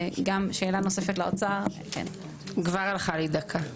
וגם שאלה נוספת לאוצר כבר הלכה לי דקה,